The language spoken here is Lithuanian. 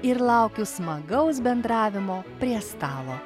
ir laukiu smagaus bendravimo prie stalo